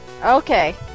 Okay